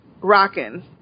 rocking